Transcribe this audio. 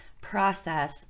process